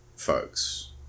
folks